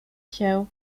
się